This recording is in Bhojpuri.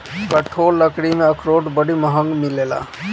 कठोर लकड़ी में अखरोट बड़ी महँग मिलेला